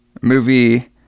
movie